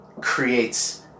creates